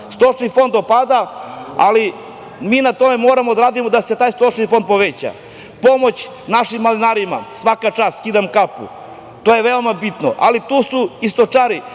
Stočni fond opada, ali mi na tome moramo da radimo da se taj stočni fond poveća. Pomoć našim malinarima, svaka čast, skidam kapu. To je veoma bitno, ali tu su i stočari.